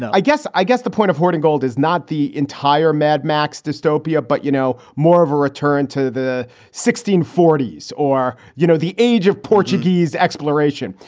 i guess i guess the point of hoarding gold is not the entire mad max dystopia, but you know, more of a return to the sixteen forties or, you know, the age of portuguese exploration.